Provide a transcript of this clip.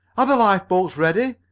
are the lifeboats ready?